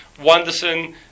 Wanderson